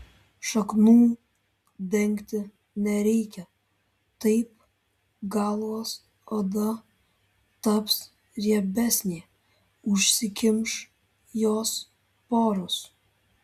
šaknų dengti nereikia taip galvos oda taps riebesnė užsikimš jos poros